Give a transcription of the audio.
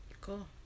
Cool